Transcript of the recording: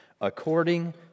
According